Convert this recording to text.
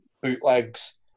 bootlegs